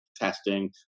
testing